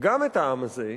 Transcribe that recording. גם את העם הזה,